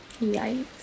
Yikes